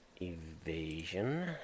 evasion